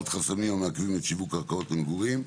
חסמים המעכבים את שיווק קרקעות המגורים,